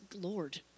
Lord